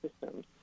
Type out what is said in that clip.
systems